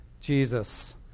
Jesus